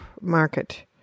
market